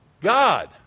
God